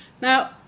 Now